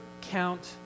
count